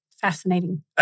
Fascinating